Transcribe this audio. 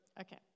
Okay